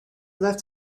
left